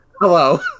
Hello